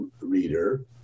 reader